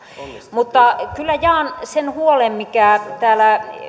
mutta kyllä jaan sen huolen minkä täällä